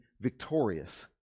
victorious